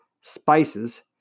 spices